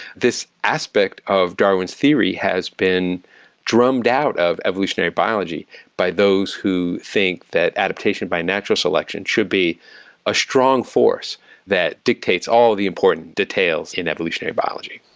this aspect of darwin's theory has been drummed out of evolutionary biology by those who think that adaptation by natural selection should be a strong force that dictates all the important details in evolutionary biology.